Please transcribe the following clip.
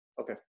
Okay